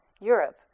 Europe